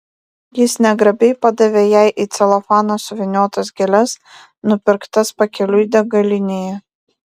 jis negrabiai padavė jai į celofaną suvyniotas gėles nupirktas pakeliui degalinėje